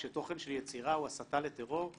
כשתוכן של יצירה הוא הסטה לטרור,